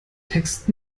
text